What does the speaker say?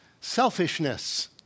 selfishness